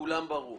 לכולם זה ברור,